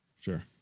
sure